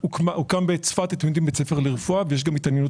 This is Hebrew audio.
אני מבקש